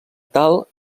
tal